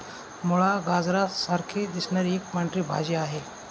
मुळा, गाजरा सारखी दिसणारी एक पांढरी भाजी आहे